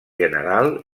general